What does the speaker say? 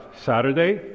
Saturday